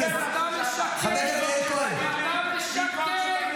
אדוני השר.